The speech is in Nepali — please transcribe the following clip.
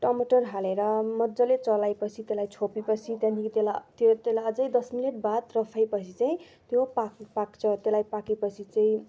टमाटर हालेर मजाले चलाए पछि त्यसलाई छोपे पछि त्यहाँदेखि त्यसलाई त्यो त्यसलाई अझ दस मिनेट बाद राफिए पछि चाहिँ त्यो पाक पाक्छ त्यसलाई पाके पछि चाहिँ